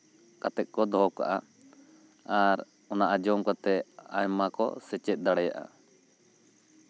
ᱠᱟᱛᱮᱜ ᱠᱚ ᱫᱚᱦᱚ ᱠᱟᱜᱼᱟ ᱟᱨ ᱚᱱᱟ ᱟᱸᱡᱚᱢ ᱠᱟᱛᱮᱜ ᱟᱭᱢᱟ ᱠᱚ ᱥᱮᱪᱮᱫ ᱫᱟᱲᱮᱭᱟᱜᱼᱟ